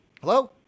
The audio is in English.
Hello